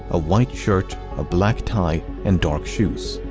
a white shirt a black tie, and dark shoes.